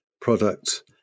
products